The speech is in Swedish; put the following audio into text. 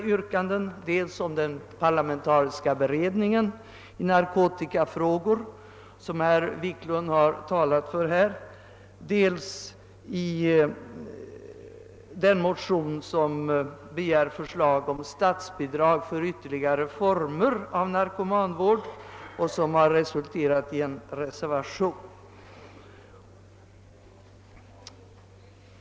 Dels har det begärts tillsättande av en parlamentarisk beredning i narkotikafrågor — den har herr Wiklund i Stockholm här talat för —, dels har det i en motion begärts statsbidrag för ytterligare former av narkomanvård. Det yrkandet har resulterat i en reservation.